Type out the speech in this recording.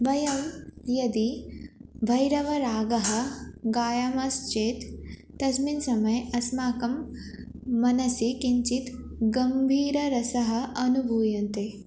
वयं यदि भैरवीरागं गायामश्चेत् तस्मिन् समये अस्माकं मनसि किञ्चित् गम्भीररसः अनुभूयते